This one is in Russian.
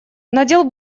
надел